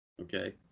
Okay